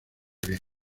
bien